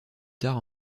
tard